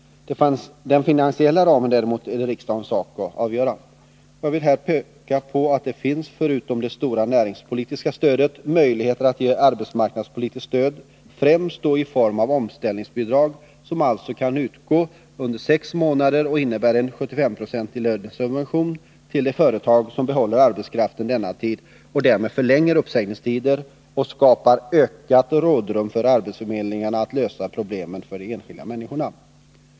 Den finansiella ramen däremot är det riksdagens sak att avgöra. Jag vill här peka på att det förutom det stora näringspolitiska stödet finns möjligheter att ge arbetsmarknadspolitiskt stöd, främst då i form av omställningsbidrag, som alltså kan utgå under sex månader och innebär en 75-procentig lönesubvention till det företag som behåller arbetskraften denna tid och därmed förlänger uppsägningstiden och skapar ökat rådrum för arbetsförmedlingen att lösa problemen för de enskilda människorna.